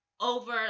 over